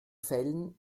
fällen